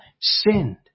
sinned